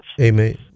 Amen